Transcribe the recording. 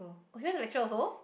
oh you having a lecture also